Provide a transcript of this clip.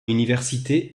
universités